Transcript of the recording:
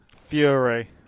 Fury